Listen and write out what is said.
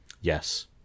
Yes